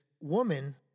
woman